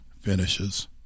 finishes